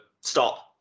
stop